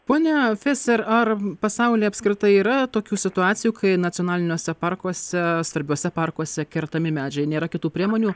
pone feser ar pasauly apskritai yra tokių situacijų kai nacionaliniuose parkuose svarbiuose parkuose kertami medžiai nėra kitų priemonių